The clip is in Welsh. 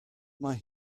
mae